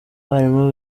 abarimu